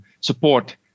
support